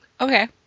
Okay